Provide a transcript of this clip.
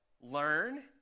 learn